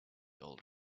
old